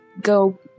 Go